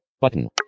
Button